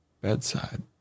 bedside